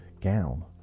gown